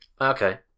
Okay